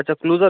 अच्छा क्लूजर